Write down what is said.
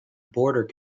border